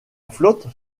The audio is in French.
flotte